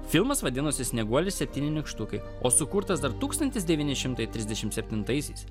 filmas vadinosi snieguolė ir septyni nykštukai o sukurtas dar tūkstantis devyni šimtai trisdešimt septintaisiais